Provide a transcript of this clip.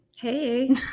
Hey